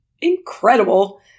Incredible